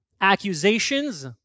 accusations